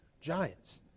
giants